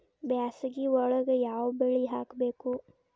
ಬ್ಯಾಸಗಿ ಒಳಗ ಯಾವ ಬೆಳಿ ಹಾಕಬೇಕು?